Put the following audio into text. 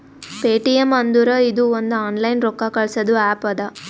Paytm ಅಂದುರ್ ಇದು ಒಂದು ಆನ್ಲೈನ್ ರೊಕ್ಕಾ ಕಳ್ಸದು ಆ್ಯಪ್ ಅದಾ